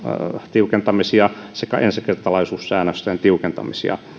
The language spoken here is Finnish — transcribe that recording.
tiukentamisista sekä ensikertalaisuussäännösten tiukentamisista